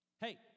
Hey